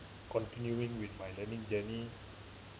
continuing with my learning journey